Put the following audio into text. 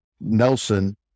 Nelson